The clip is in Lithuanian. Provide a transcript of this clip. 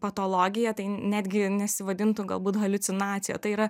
patologija tai netgi nesivadintų galbūt haliucinacija tai yra